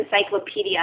encyclopedia